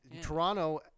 Toronto